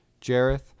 Jareth